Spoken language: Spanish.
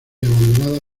abandonada